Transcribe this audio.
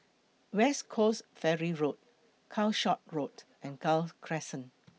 West Coast Ferry Road Calshot Road and Gul Crescent